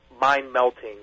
mind-melting